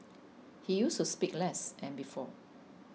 he used to speak less and before